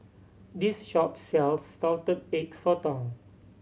this shop sells Salted Egg Sotong